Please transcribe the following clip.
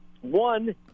One